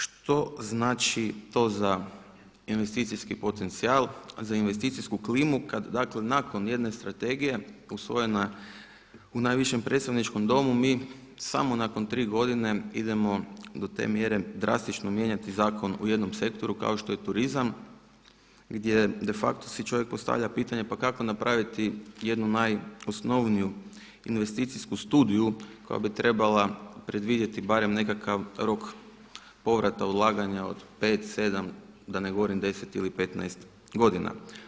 Što znači to za investicijski potencija, za investicijsku klimu kad dakle nakon jedne strategije usvojena u najvišem predstavničkom domu mi samo nakon 3 godine idemo do te mjere drastično mijenjati zakon u jednom sektoru kao što je turizam gdje de facto si čovjek postavlja pitanje pa kao napraviti jednu najosnovniju investicijsku studiju koja bi trebala predvidjeti barem nekakav rok povrata ulaganja od 5, 7 da ne govorim 10 ili 15 godina.